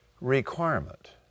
requirement